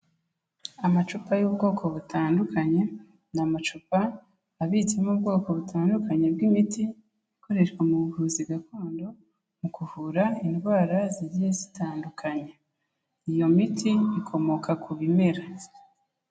Amacupa y'ubwoko butandukanye, ni amacupa abitsemo ubwoko butandukanye bw'imiti, ikoreshwa mu buvuzi gakondo, mu kuvura indwara zigiye zitandukanye. Iyo miti ikomoka ku bimera.